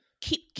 keep